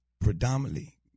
predominantly